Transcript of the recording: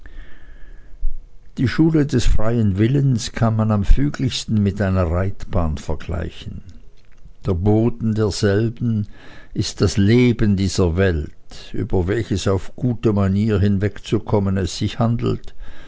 die schule des freien willens kann man am füglichsten mit einer reitbahn vergleichen der boden derselben ist das leben dieser welt über welches auf gute manier hinwegzukommen es sich handelt